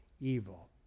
evil